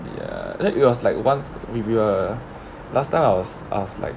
ya then it was like once with you ah last time I was I was like